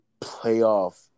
playoff